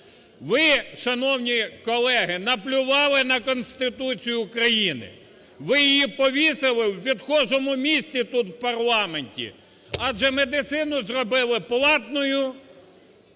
Ви, шановні колеги, наплювали на Конституцію України. Ви її повісили у відхожому місці тут в парламенті, адже медицину зробили платною,